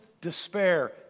despair